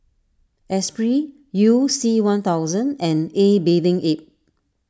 Esprit You C one thousand and A Bathing Ape